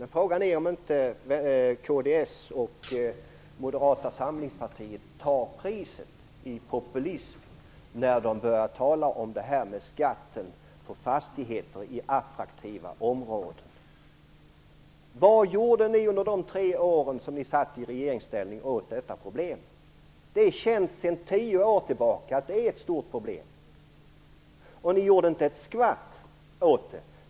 Men frågan är om inte kds och Moderata samlingspartiet tar priset i populism när de börjar tala om skatten på fastigheter i attraktiva områden. Vad gjorde ni under de tre åren som ni satt i regeringsställning åt detta problem? Det är känt sedan tio år tillbaka att det är ett stort problem. Ni gjorde inte ett skvatt åt det.